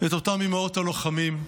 עם אותן אימהות הלוחמים,